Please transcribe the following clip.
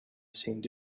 seemed